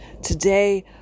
Today